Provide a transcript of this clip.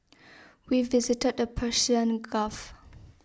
we visited the Persian Gulf